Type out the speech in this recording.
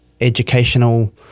educational